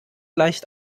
leicht